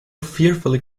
fearfully